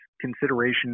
consideration